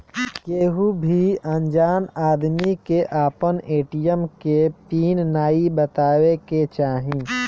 केहू भी अनजान आदमी के आपन ए.टी.एम के पिन नाइ बतावे के चाही